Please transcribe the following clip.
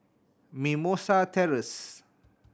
Mimosa Terrace